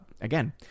again